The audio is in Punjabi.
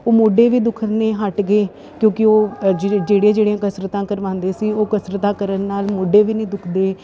ਉਹ ਮੋਢੇ ਵੀ ਦੁਖਣੇ ਹੱਟ ਗਏ ਕਿਉਂਕਿ ਉਹ ਜ ਜਿਹੜੀਆਂ ਜਿਹੜੀਆਂ ਕਸਰਤਾਂ ਕਰਵਾਉਂਦੇ ਸੀ ਉਹ ਕਸਰਤਾਂ ਕਰਨ ਨਾਲ ਮੋਢੇ ਵੀ ਨਹੀਂ ਦੁਖਦੇ